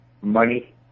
money